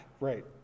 Right